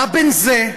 מה בין זה,